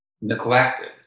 neglected